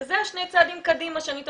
זה שני הצעדים קדימה שאני אומרת.